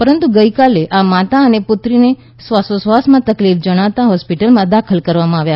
પરંતુ ગકઇાલે આ માતા અને પુત્રીને શ્વાસોશ્વાસમાં તકલીફ જણાતાં હોસ્પિટલમાં દાખલ કરવામાં આવ્યા હતા